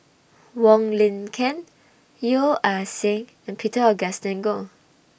Wong Lin Ken Yeo Ah Seng and Peter Augustine Goh